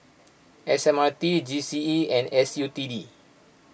S M R T G C E and S U T D